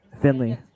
Finley